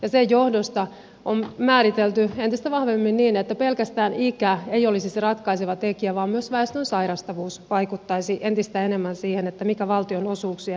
sen johdosta on määritelty entistä vahvemmin niin että pelkästään ikä ei olisi se ratkaiseva tekijä vaan myös väestön sairastavuus vaikuttaisi entistä enemmän siihen mikä valtionosuuksien taso on